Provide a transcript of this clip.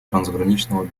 трансграничного